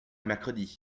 mercredi